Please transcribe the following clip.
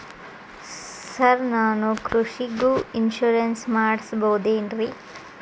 Sir ನಾನು ಕೃಷಿಗೂ insurance ಮಾಡಸಬಹುದೇನ್ರಿ?